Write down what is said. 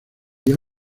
día